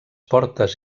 portes